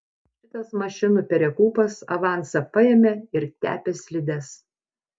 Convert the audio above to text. šitas mašinų perekūpas avansą paėmė ir tepė slides